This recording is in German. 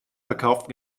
verkauften